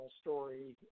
story